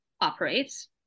operates